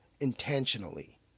intentionally